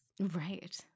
Right